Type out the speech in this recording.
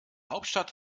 hauptstadt